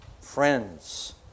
Friends